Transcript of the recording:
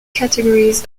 categories